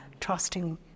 trusting